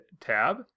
tab